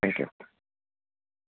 thank you